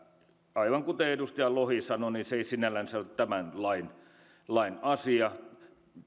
aivan kuten edustaja lohi sanoi niin se ei sinällänsä ole tämän lain lain asia